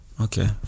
Okay